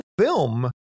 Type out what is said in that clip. film